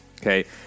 okay